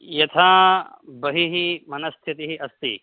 यथा बहिः मनस्थितिः अस्ति